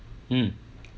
mm